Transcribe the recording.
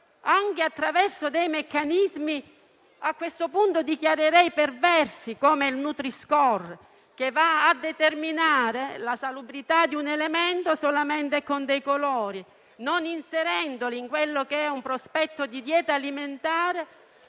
anche attraverso dei meccanismi che a questo punto definirei perversi, come il nutri-score, che va a determinare la salubrità di un elemento solamente con dei colori, non inserendolo in un prospetto di dieta alimentare